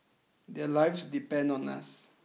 their lives depend on us